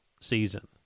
season